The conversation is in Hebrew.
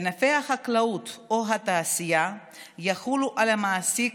בענפי החקלאות או התעשייה יחולו על המעסיק